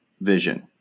vision